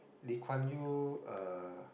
Lee Kuan Yew uh